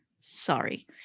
sorry